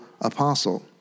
apostle